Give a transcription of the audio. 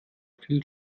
viel